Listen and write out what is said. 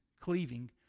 cleaving